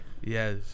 yes